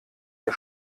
ihr